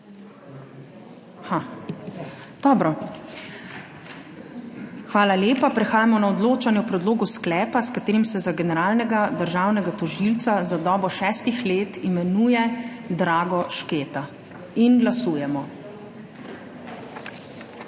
Dobro. Hvala lepa. Prehajamo na odločanje o predlogu sklepa, s katerim se za generalnega državnega tožilca za dobo šestih let imenuje Drago Šketa. Glasujemo.